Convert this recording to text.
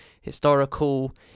historical